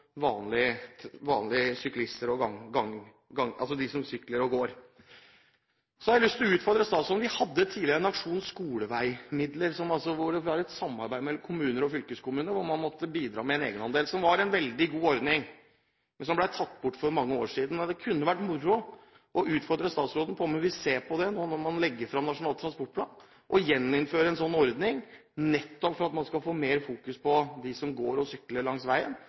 utfordre statsråden: Vi hadde tidligere Aksjon skolevei-midler, hvor det var et samarbeid mellom kommuner og fylkeskommuner der man måtte bidra med en egenandel. Det var en veldig god ordning som ble tatt bort for mange år siden. Det kunne vært moro å utfordre statsråden på om hun vil se på det å gjeninnføre en sånn ordning nå når man legger fram Nasjonal transportplan, nettopp for at man skal få mer fokus på dem som går og sykler langs veien,